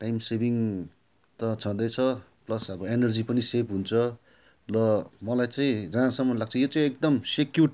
time saving त छँदै छ प्लस अब एनर्जी पनि सेभ हुन्छ र मलाई चाहिँ जहाँसम्म लाग्छ यो चाहिँ एकदम सेक्युर्ड